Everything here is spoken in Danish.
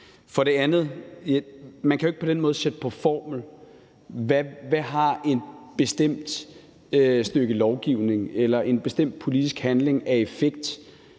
vil jeg sige, at man jo ikke på den måde kan sætte på formel, hvad et bestemt stykke lovgivning eller en bestemt politisk handling direkte